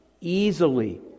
easily